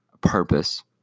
purpose